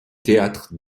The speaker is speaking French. théâtre